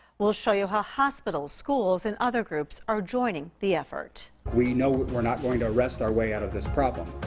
we'll show you how hospitals, schools and other groups are joining the effort. we know we're not going to arrest our way out of this problem.